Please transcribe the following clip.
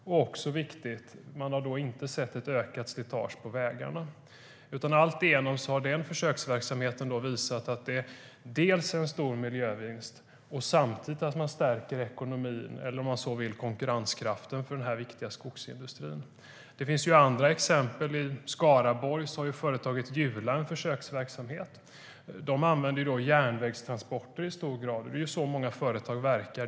Det är även viktigt att man inte har kunnat se något ökat slitage på vägarna. Det finns andra exempel. I Skaraborg bedriver företaget Jula en försöksverksamhet. Där använder man i stor utsträckning järnvägstransporter. Det är så många företag verkar.